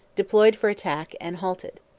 deployed for attack, and halted.